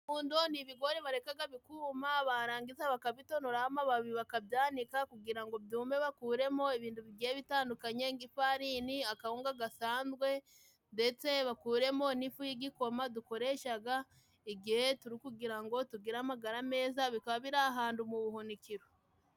Ihundo ni ibigori barekaga bikuma, barangiza bakabitonoraho amababi, bakabyanika kugira ngo byume, bakuremo ibintu bigiye bitandukanye, nk'ifarini, akawunga gasanzwe, ndetse bakuremo n'ifu y'igikoma dukoreshaga, igihe turi kugira ngo tugire amagara meza, bikaba biri ahantu mu buhunikiro.